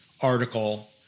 article